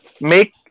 make